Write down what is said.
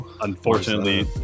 unfortunately